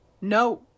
No